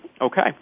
Okay